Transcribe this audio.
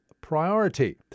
priority